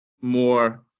more